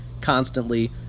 constantly